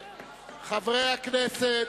חברי הכנסת,